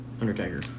Undertaker